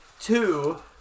two